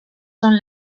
son